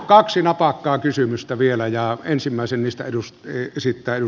kaksi napakkaa kysymystä vielä ja hallitus niitä käyttää